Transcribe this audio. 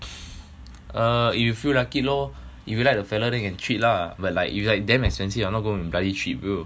err you feel like it lor if you like that fella can treat lah but like if like damn expensive I'm not gonna bloody treat bro